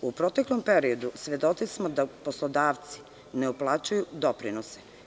U proteklom periodu, svedoci smo da poslodavci ne uplaćuju doprinose.